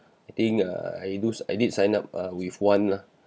I think uh I does I did sign up uh with one lah